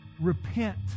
repent